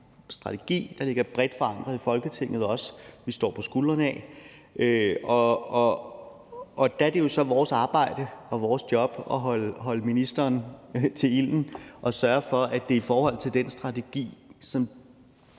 der ligger bredt forankret i Folketinget, og som vi står på skuldrene af, og der er det jo så vores arbejde og vores job at holde ministeren til ilden og i forhold til den strategi